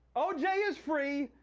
oj is free,